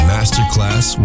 Masterclass